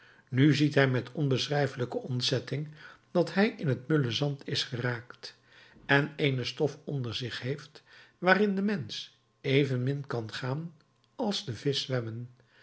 nu ziet hij met onbeschrijfelijke ontzetting dat hij in het mulle zand is geraakt en eene stof onder zich heeft waarin de mensch evenmin kan gaan als de visch